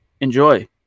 Enjoy